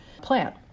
plant